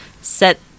set